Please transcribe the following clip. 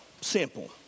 Simple